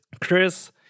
Chris